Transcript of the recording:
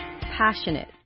passionate